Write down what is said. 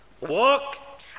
walk